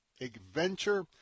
adventure